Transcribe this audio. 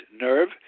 Nerve